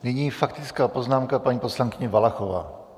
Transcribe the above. Nyní faktická poznámka paní poslankyně Valachová.